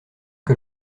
que